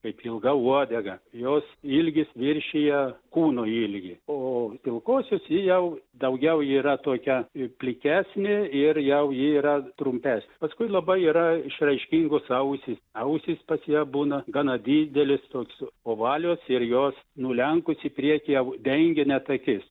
kaip ilga uodega jos ilgis viršija kūno ilgį o pilkosios ji jau daugiau yra tokia į plikesnė ir jau ji yra trumpesnė paskui labai yra išraiškingos ausys ausys pas ją būna gana didelės tokios ovalios ir jos nulenkus į priekį jau dengia net akis